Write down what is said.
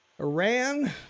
Iran